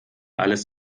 alles